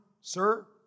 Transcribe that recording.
sir